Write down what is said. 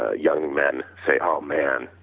ah young man, say oh man,